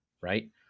right